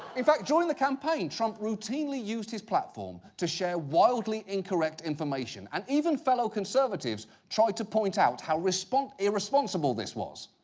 in fact, during the campaign, trump routinely used his platform to share wildly incorrect information. and even fellow conservatives tried to point out how irresponsible this was.